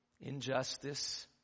injustice